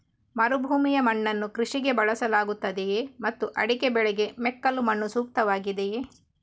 ಮರುಭೂಮಿಯ ಮಣ್ಣನ್ನು ಕೃಷಿಗೆ ಬಳಸಲಾಗುತ್ತದೆಯೇ ಮತ್ತು ಅಡಿಕೆ ಬೆಳೆಗೆ ಮೆಕ್ಕಲು ಮಣ್ಣು ಸೂಕ್ತವಾಗಿದೆಯೇ?